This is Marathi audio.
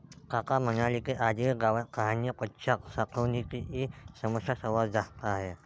काका म्हणाले की, आजही गावात काढणीपश्चात साठवणुकीची समस्या सर्वात जास्त आहे